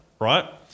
right